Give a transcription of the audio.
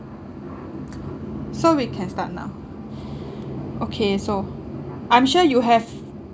so we can start now okay so I'm sure you have